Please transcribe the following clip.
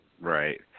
Right